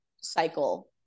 cycle